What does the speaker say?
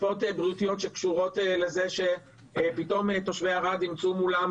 השפעות בריאותיות שקשורות לזה שפתאום תושבי ערד ימצאו מולם